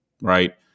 right